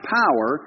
power